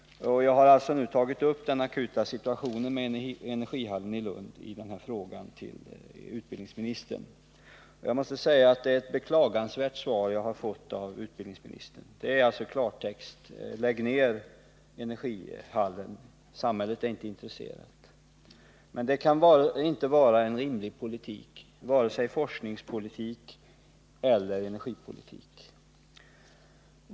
I min fråga har jag tagit upp den akuta situationen när det gäller energihallen i Lund, och jag måste säga att det är ett beklagansvärt svar jag har fått av utbildningsministern. Det innebär i klartext: Lägg ner energihallen — samhället är inte intresserat! Detta kan inte vara vare sig en rimlig forskningspolitik eller en rimlig energipolitik.